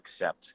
accept